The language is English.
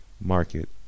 market